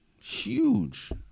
Huge